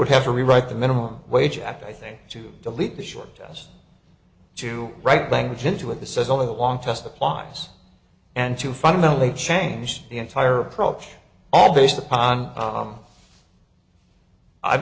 would have to rewrite the minimum wage act i think to delete the short test to write language into it this is only the long test applies and to fundamentally change the entire approach all based upon i've